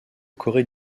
corée